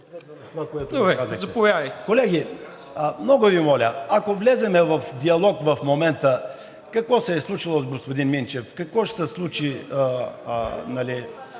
Колеги, много Ви моля, ако влезем в диалог в момента какво се е случило с господин Минчев, какво ще се случи